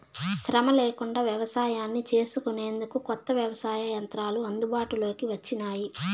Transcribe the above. శ్రమ లేకుండా వ్యవసాయాన్ని చేసుకొనేందుకు కొత్త వ్యవసాయ యంత్రాలు అందుబాటులోకి వచ్చినాయి